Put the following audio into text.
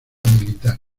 militar